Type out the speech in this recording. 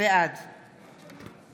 בעד אני מבקש